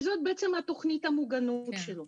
זאת תוכנית המוגנות שלו.